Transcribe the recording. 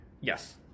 Yes